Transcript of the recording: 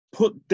put